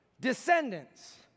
descendants